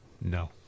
no